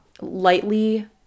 lightly